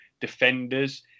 defenders